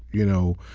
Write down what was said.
you know,